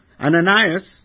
Ananias